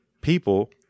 people